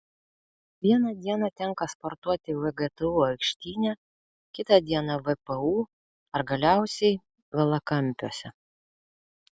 vieną dieną tenka sportuoti vgtu aikštyne kita dieną vpu ar galiausiai valakampiuose